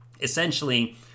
essentially